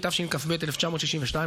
התשכ"ב 1962,